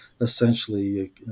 essentially